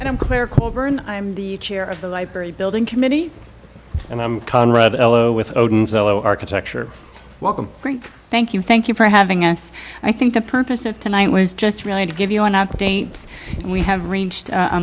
and i'm clear colburn i am the chair of the library building committee and i'm conrad with odin's o architecture welcome frank thank you thank you for having us i think the purpose of tonight was just really to give you an update and we have reached a